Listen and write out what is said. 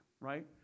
right